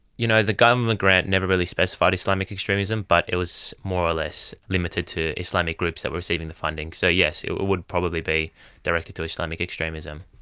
you know the government grant never really specified islamic extremism but it was more or less limited to islamic groups that were receiving funding. so yes, it would probably be directed to islamic extremism.